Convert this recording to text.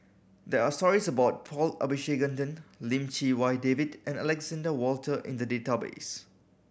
there are stories about Paul Abisheganaden Lim Chee Wai David and Alexander Wolter in the database